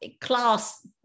class